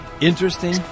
Interesting